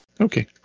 Okay